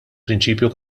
prinċipju